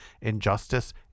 injustice